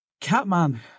Catman